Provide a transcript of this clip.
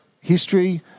history